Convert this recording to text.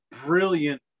brilliant